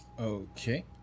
okay